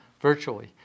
virtually